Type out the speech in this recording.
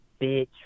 bitch